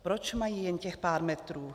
Proč mají jen těch pár metrů?